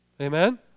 Amen